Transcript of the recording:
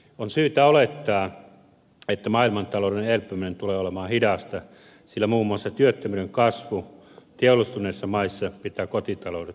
on syytä olettaa että maailmantalouden elpyminen tulee olemaan hidasta sillä muun muassa työttömyyden kasvu teollistuneissa maissa pitää kotitaloudet varovaisina